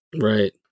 Right